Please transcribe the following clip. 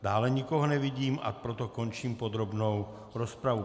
Dále nikoho nevidím, a proto končím podrobnou rozpravu.